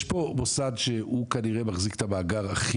יש פה מוסד שהוא כנראה מחזיק את המאגר הכי